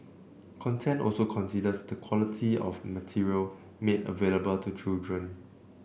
content also considers the quality of material made available to children